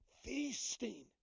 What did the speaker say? Feasting